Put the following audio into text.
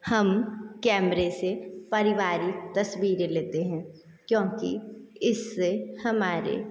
हम कैमरे से पारिवारिक तस्वीरें लेते हैं क्योंकि इससे हमारे